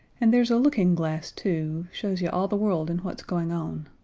and there's a looking glass, too shows you all the world and what's going on.